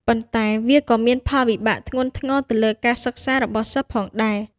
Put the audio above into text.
ប៉ុន្តែវាក៏មានផលវិបាកធ្ងន់ធ្ងរទៅលើ ការសិក្សា របស់សិស្សផងដែរ។